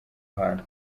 hantu